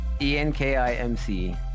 e-n-k-i-m-c